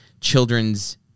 children's